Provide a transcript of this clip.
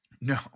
No